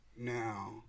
now